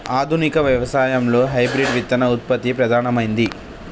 ఆధునిక వ్యవసాయం లో హైబ్రిడ్ విత్తన ఉత్పత్తి ప్రధానమైంది